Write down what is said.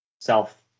self